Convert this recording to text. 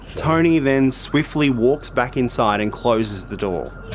tony then swiftly walks back inside and closes the door.